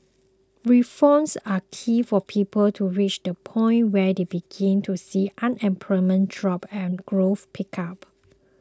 reforms are key for people to reach the point where they begin to see unemployment drop and growth pick up